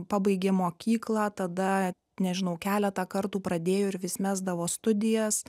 pabaigė mokyklą tada nežinau keletą kartų pradėjo ir vis mesdavo studijas